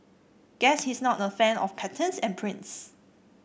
guess he's not a fan of patterns and prints